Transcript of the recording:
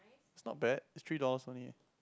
is not bad is three dollars only eh